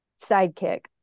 sidekick